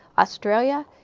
australia,